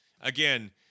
again